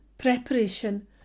preparation